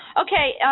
Okay